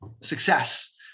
success